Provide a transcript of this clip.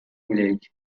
village